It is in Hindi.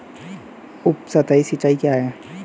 उपसतही सिंचाई क्या है?